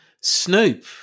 Snoop